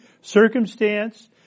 circumstance